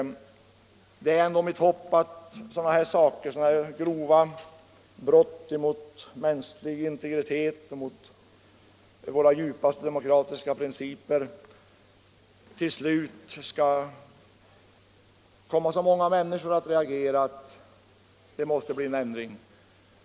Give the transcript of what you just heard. Det är ändå mitt hopp att sådana här grova brott mot mänsklig integritet och mot våra djupaste demokratiska principer till slut skall komma så många människor att reagera att det måste bli en ändring.